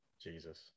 Jesus